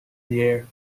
dear